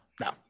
no